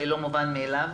זה לא מובן מאליו.